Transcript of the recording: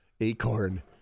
acorn